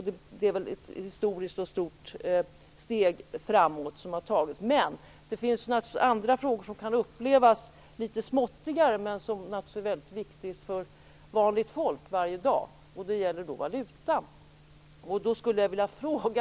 Det är ett historiskt och stort steg framåt som har tagits. Det finns naturligtvis andra frågor som kan upplevas som litet mindre, men som naturligtvis är väldigt viktiga för vanligt folk varje dag. Det gäller valutan.